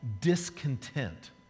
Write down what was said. discontent